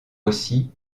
aussi